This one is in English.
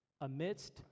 amidst